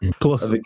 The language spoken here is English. Plus